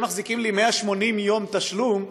180 יום תשלום,